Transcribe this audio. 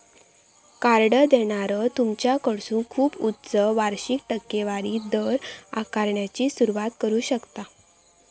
card देणारो तुमच्याकडसून खूप उच्च वार्षिक टक्केवारी दर आकारण्याची सुरुवात करू शकता